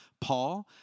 Paul